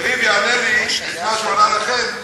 יריב יענה לי את מה שהוא ענה לכם,